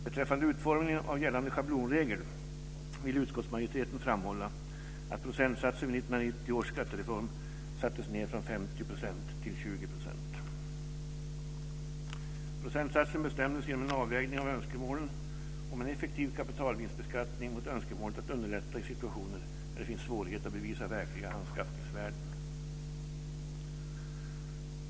Beträffande utformningen av gällande schablonregel vill utskottsmajoriteten framhålla att procentsatsen vid 1990 års skattereform sattes ned från 50 % till 20 %. Procentsatsen bestämdes genom en avvägning av önskemålet om en effektiv kapitalvinstsbeskattning mot önskemålet att underlätta i situationer där det finns svårigheter att bevisa verkliga anskaffningsvärden.